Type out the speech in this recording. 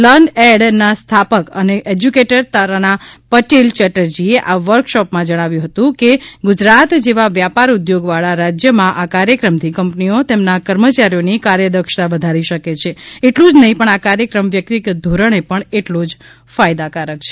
learn ed ના સ્થાપક અને એશ્યુકેટર તરાના પટેલ ચેટર્જી એ આ વર્ક શોપ માં જણાવ્યું હતું કે ગુજરાત જેવા વ્યાપાર ઉદ્યોગ વાળા રાજ્યમાં આ કાર્યક્રમથી કંપનીઓ તેમના કર્મચારીઓની કાર્યદક્ષતા વધારી શકે છે એટલું નહિ પણ આ કાર્યક્રમ વ્યક્તિગત ધોરણે પણ એટલો જ ફાયદાકારક છે